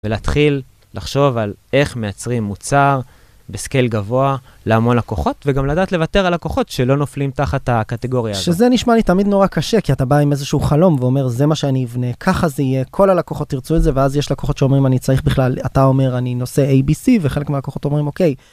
ולהתחיל לחשוב על איך מייצרים מוצר בסקייל גבוה להמון לקוחות, וגם לדעת לוותר על לקוחות שלא נופלים תחת הקטגוריה הזאת. שזה נשמע לי תמיד נורא קשה, כי אתה בא עם איזשהו חלום ואומר, זה מה שאני אבנה, ככה זה יהיה, כל הלקוחות ירצו את זה, ואז יש לקוחות שאומרים, אני צריך בכלל, אתה אומר, אני נושא ABC, וחלק מהלקוחות אומרים, אוקיי.